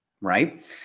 right